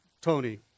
Tony